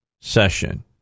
session